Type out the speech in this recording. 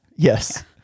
Yes